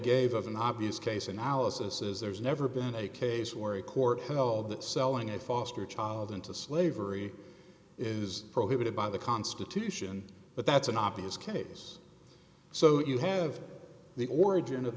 gave an obvious case analysis is there's never been a case where a court held that selling a foster child into slavery is prohibited by the constitution but that's an obvious case so you have the origin of